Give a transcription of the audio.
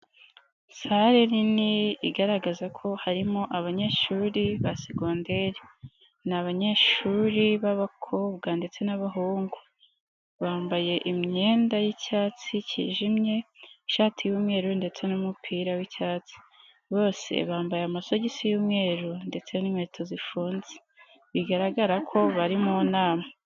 Sare nini igaragaza ko harimo abanyeshuri ba segonderi, ni abanyeshuri b'abakobwa ndetse n'abahungu bambaye imyenda y'icyatsi kijimye, ishati y'umweru ndetse n'umupira w'icyatsi bose bambaye amasogisi y'umweru ndetse n'inkweto zifunze bigaragara ko bari mu nama.